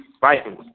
Vikings